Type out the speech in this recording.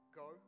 go